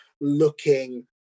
looking